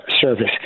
service